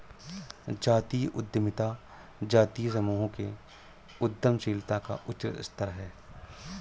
जातीय उद्यमिता जातीय समूहों के उद्यमशीलता का उच्च स्तर है